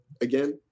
again